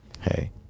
Hey